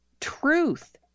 truth